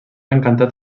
encantat